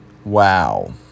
Wow